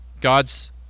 God's